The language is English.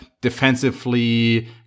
defensively